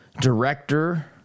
director